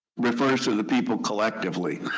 refers to the people collectively.